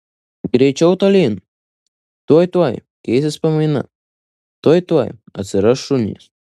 greičiau tolyn tuoj tuoj keisis pamaina tuoj tuoj atsiras šunys